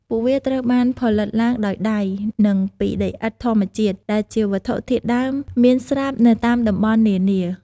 ពួកវាត្រូវបានផលិតឡើងដោយដៃនិងពីដីឥដ្ឋធម្មជាតិ ដែលជាវត្ថុធាតុដើមមានស្រាប់នៅតាមតំបន់នានា។